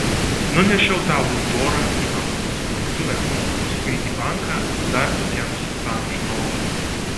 nunešiau tą luidorą į aukso supirktuvę paskui į banką dar tokiam suktam žinovui